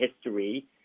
history